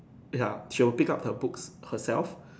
ya she will pick up her books herself